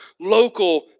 local